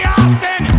Austin